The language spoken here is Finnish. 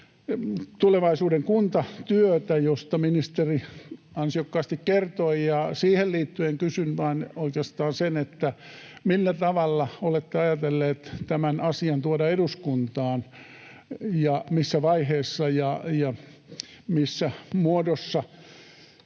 tulevaisuuden kuntatyötä, josta ministeri ansiokkaasti kertoi. Siihen liittyen kysyn oikeastaan vain sen, millä tavalla olette ajatelleet tämän asian tuoda eduskuntaan ja missä vaiheessa ja missä muodossa.